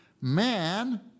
Man